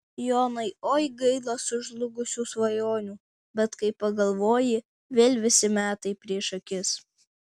jonai oi gaila sužlugusių svajonių bet kai pagalvoji vėl visi metai prieš akis